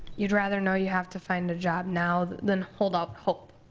you'd rather know you have to find a job now, then hold up hope.